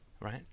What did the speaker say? right